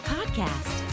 Podcast